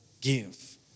give